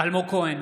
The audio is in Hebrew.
אלמוג כהן,